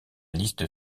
liste